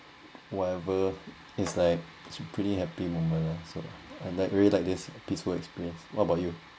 whatever is like is pretty happy moment ah so and like I really like this peaceful experience what about you